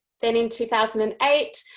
then in two thousand and eight,